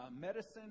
medicine